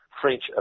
French